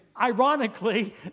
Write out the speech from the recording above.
Ironically